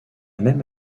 même